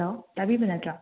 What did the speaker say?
hello ꯇꯥꯕꯤꯕ ꯅꯠꯇ꯭ꯔꯣ